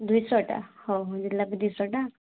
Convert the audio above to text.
ଦୁଇ ଶହଟା ହଉ ହଉ ଜିଲାପି ଦୁଇ ଶହଟା